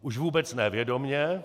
Už vůbec ne vědomě.